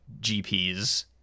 GPs